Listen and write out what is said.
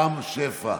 רם שפע.